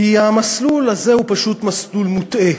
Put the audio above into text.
כי המסלול הזה הוא פשוט מסלול מוטעה.